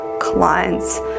clients